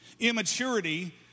Immaturity